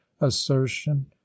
assertion